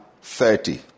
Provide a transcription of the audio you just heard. thirty